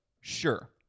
Sure